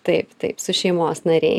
taip taip su šeimos nariai